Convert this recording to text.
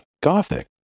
Gothic